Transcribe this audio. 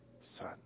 son